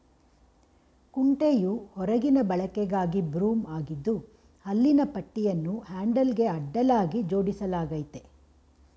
ಕುಂಟೆಯು ಹೊರಗಿನ ಬಳಕೆಗಾಗಿ ಬ್ರೂಮ್ ಆಗಿದ್ದು ಹಲ್ಲಿನ ಪಟ್ಟಿಯನ್ನು ಹ್ಯಾಂಡಲ್ಗೆ ಅಡ್ಡಲಾಗಿ ಜೋಡಿಸಲಾಗಯ್ತೆ